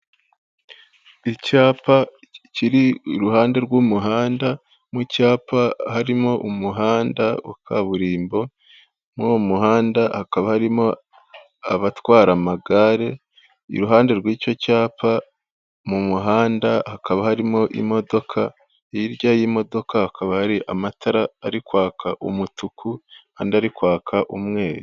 Icyapa kiri iruhande rw'umuhanda, mu cyapa harimo umuhanda wa kaburimbo, muri uwo muhanda hakaba harimo abatwara amagare, iruhande rw'icyo cyapa mu muhanda hakaba harimo imodoka, hirya y'imodoka hakaba hari amatara ari kwaka umutuku, andi ari kwaka umweru.